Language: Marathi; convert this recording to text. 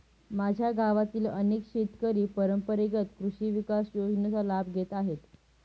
माझ्या गावातील अनेक शेतकरी परंपरेगत कृषी विकास योजनेचा लाभ घेत आहेत